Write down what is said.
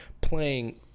playing